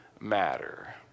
matter